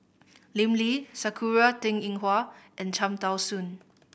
Lim Lee Sakura Teng Ying Hua and Cham Tao Soon